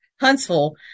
Huntsville